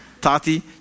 Tati